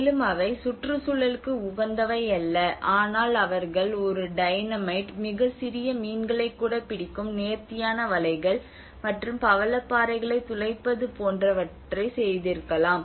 மேலும் அவை சுற்றுச்சூழலுக்கு உகந்தவை அல்ல ஆனால் அவர்கள் ஒரு டைனமைட் மிகச் சிறிய மீன்களைக் கூட பிடிக்கும் நேர்த்தியான வலைகள் மற்றும் பவளப்பாறைகளைத் துளைப்பது போன்றவற்றை செய்திருக்கலாம்